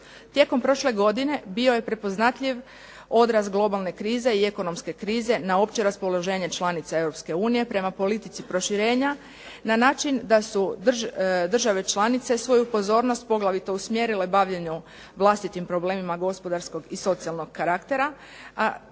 Tijekom prošle godine bio je prepoznatljiv odraz globalne krize i ekonomske krize na opće raspoloženje članica EU prema politici proširenja na način da su države članice svoju pozornost poglavito usmjerile bavljenju vlastitim problemima gospodarskog i socijalnog karaktera,